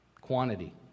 quantity